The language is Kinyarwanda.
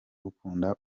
ukunda